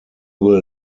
will